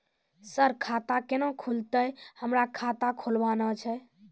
Sir खाता केना खुलतै, हमरा खाता खोलवाना छै?